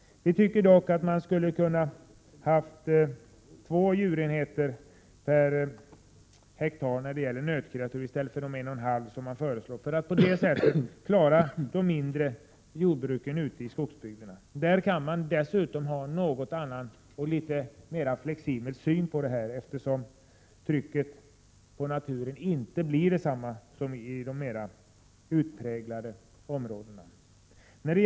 Vi tycker dock att man kunde ha haft 2 djurenheter per hektar när det gäller nötkreatur i stället för de 1,5 som föreslås, för att på det sättet klara de mindre jordbruken i skogsbygderna. Där kan dessutom en något annorlunda och flexibel syn anläggas, eftersom trycket på naturen inte blir detsamma som i de mera utpräglade områdena.